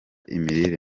imirire